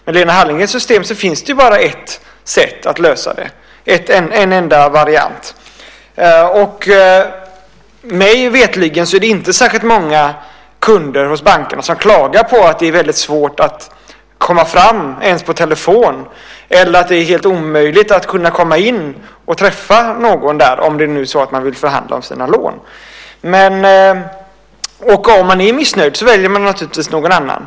Med Lena Hallengrens system finns det bara ett sätt att lösa detta, en enda variant. Mig veterligen är det inte särskilt många kunder hos bankerna som klagar på att det är väldigt svårt att komma fram ens på telefon eller att det är helt omöjligt att komma in och träffa någon om man nu vill förhandla om sina lån. Och om man är missnöjd väljer man naturligtvis någon annan.